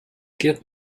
give